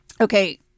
okay